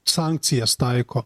sankcijas taiko